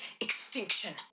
extinction